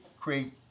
create